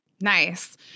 Nice